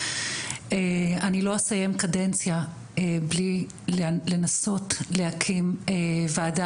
אני לא אסיים קדנציה בלי לנסות להקים וועדה